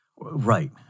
Right